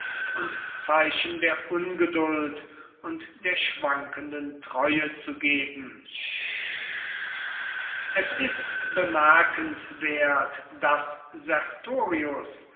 und zeichen der ungeduld und der schwankenden treue zu geben es ist bemerkenswert daß sertorius